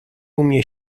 umie